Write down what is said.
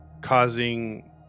causing